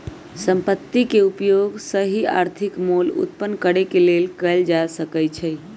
संपत्ति के उपयोग सही आर्थिक मोल उत्पन्न करेके लेल कएल जा सकइ छइ